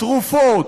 תרופות,